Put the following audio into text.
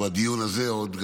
בדיון הזה עוד,